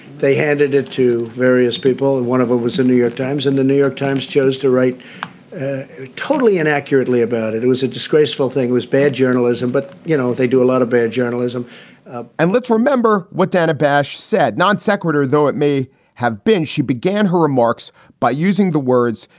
they handed it to various people. and one of it was a new york times in the new york times chose to write it totally and accurately about it. it was a disgraceful thing. it was bad journalism. but, you know, they do a lot of bad journalism and let's remember what dana bash said. non-sequitur, though it may have been. she began her remarks by using the words,